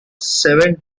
seven